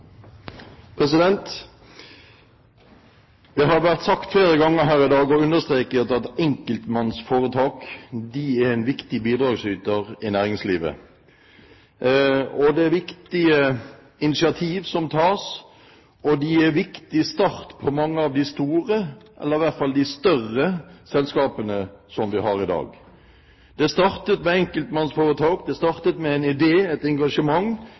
en viktig bidragsyter i næringslivet, at det er viktige initiativ som tas, og de er en viktig start til mange av de større selskapene som vi har i dag. Det startet med enkeltmannsforetak, det startet med en idé, et engasjement,